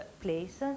place